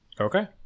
Okay